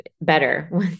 better